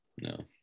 No